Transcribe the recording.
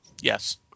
Yes